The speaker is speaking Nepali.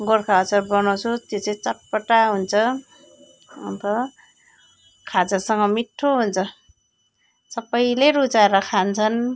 गोर्खा अचार बनाउँछु त्यो चाहिँ चटपटा हुन्छ खाजासँग मिठो हुन्छ सबैले रुचाएर खान्छन्